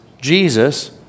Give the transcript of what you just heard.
Jesus